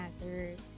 Matters